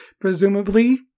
presumably